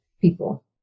people